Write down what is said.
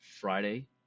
Friday